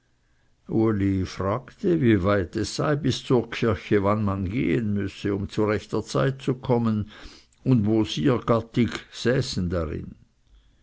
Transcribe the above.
fragte wie weit es sei bis zur kirche wann man gehen müsse um zu rechter zeit zu kommen und wo syr gattig säßen darin